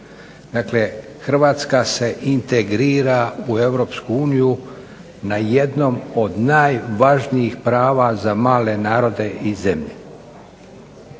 Dakle, Hrvatska se integrira u EU na jednom od najvažnijih prava za male narode i zemlje.